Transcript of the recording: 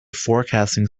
forecasting